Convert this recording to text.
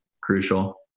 crucial